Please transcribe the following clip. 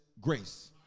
grace